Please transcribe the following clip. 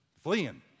fleeing